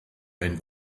ein